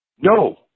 No